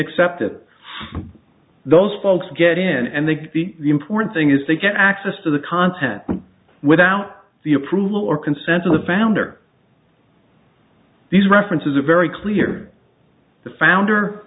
accepted those folks get in and they be important thing is they get access to the content without the approval or consent of the founder these references are very clear the founder